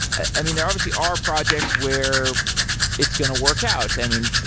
i mean, there obviously are projects where it's going to work out. i mean,